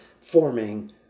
forming